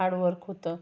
hard work होतं